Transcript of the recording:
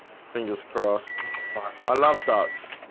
fingers crossed i love ducks.